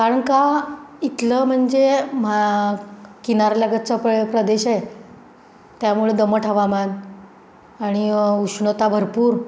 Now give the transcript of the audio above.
कारण का इथलं म्हणजे म्हा किनारलगतचं प्र प्रदेश आहे त्यामुळे दमट हवामान आणि उष्णता भरपूर